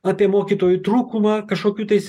apie mokytojų trūkumą kažkokių tais